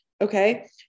okay